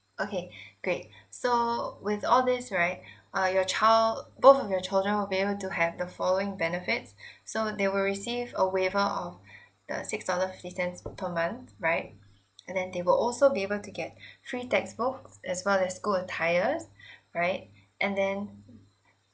okay great so with all these right uh your child both of your children will be able to have the following benefits so they will receive a waiver of the six dollar fifty cents per month right and then they will also be able to get free textbooks as well as school attires right and then